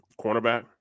Cornerback